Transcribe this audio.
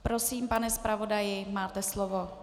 Prosím pane zpravodaji, máte slovo.